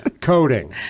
coding